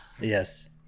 yes